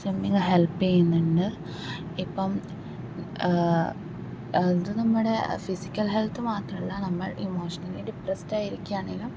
swimming help ചെയ്യുന്നുണ്ട് ഇപ്പം അത് നമ്മുടെ ഫിസിക്കൽ ഹെൽത്ത് മാത്രല്ല നമ്മൾ ഇമോഷണലി ഡിപ്രസ്സെഡ് ആയിരിക്കുകയാണെങ്കിലും